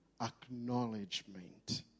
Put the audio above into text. acknowledgement